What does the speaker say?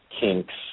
kinks